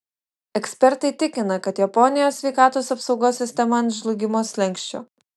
ekspertai tikina kad japonijos sveikatos apsaugos sistema ant žlugimo slenksčio